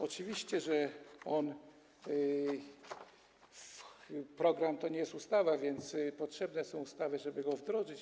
Oczywiście, że program to nie jest ustawa, więc potrzebne są ustawy, żeby go wdrożyć.